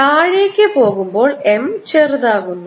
താഴേക്ക് പോകുമ്പോൾ M ചെറുതാകുന്നു